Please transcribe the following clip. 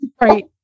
Right